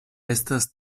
estas